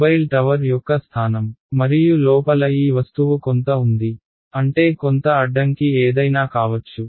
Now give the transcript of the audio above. mobile tower యొక్క స్థానం మరియు లోపల ఈ వస్తువు కొంత ఉంది అంటే కొంత అడ్డంకి ఏదైనా కావచ్చు